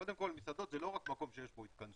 קודם כל מסעדות זה לא רק מקום שיש בו התכנסות,